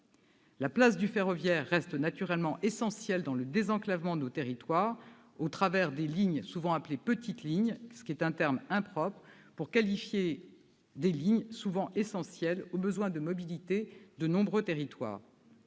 La place du ferroviaire reste naturellement essentielle dans le désenclavement des territoires au travers des « petites lignes », terme impropre pour qualifier des lignes souvent essentielles aux besoins de mobilité de nombreux territoires.